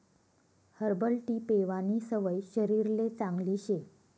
herbal tea पेवानी सवय शरीरले चांगली शे